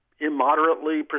Immoderately